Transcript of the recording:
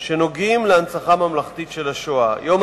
שנוגעים להנצחה ממלכתית של השואה: יום